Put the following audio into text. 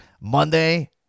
Monday